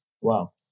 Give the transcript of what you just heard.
Wow